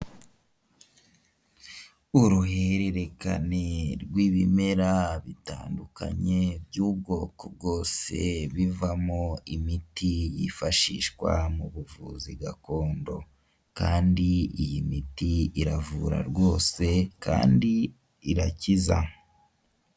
Uruhererekane rw'ibimera bitandukanye by'ubwoko bwose bivamo imiti yifashishwa mu buvuzi gakondo kandi iyi miti iravura rwose kandi irakiza.